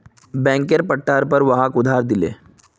बैंकेर पट्टार पर वहाक उधार दिले